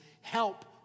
help